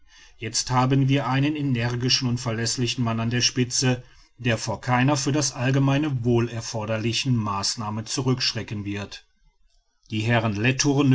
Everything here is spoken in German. jetzt haben wir einen energischen und verläßlichen mann an der spitze der vor keiner für das allgemeine wohl erforderlichen maßnahme zurückschrecken wird die herren